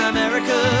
America